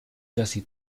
casi